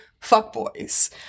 fuckboys